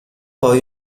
poi